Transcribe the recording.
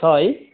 छ है